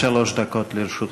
עד שלוש דקות לרשותך.